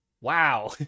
wow